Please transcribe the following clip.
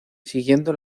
siguiendo